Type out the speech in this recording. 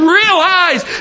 realize